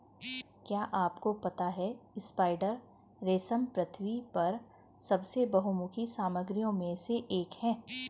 क्या आपको पता है स्पाइडर रेशम पृथ्वी पर सबसे बहुमुखी सामग्रियों में से एक है?